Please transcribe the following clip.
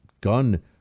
gun